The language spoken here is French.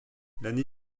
l’année